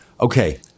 Okay